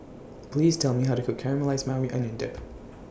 Please Tell Me How to Cook Caramelized Maui Onion Dip